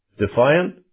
defiant